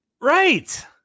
Right